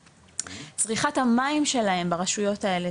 צריכת המים שלהם ברשויות האלה,